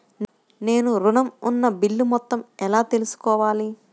నేను ఋణం ఉన్న బిల్లు మొత్తం ఎలా తెలుసుకోవాలి?